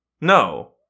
No